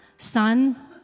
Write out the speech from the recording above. Son